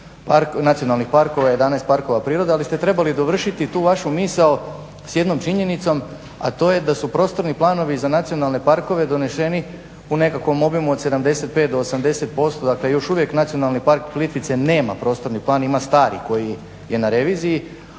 nacionalnih parkova i 11 parkova prirode. Ali ste trebali dovršiti tu vašu misao s jednom činjenicom, a to je da su prostorni planovi za nacionalne parkove doneseni u nekakvom obimu od 75 do 80%, dakle još uvijek Nacionalni park Plitvice nema prostorni plan, ima stari koji je na reviziji.